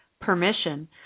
permission